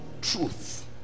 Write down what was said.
truth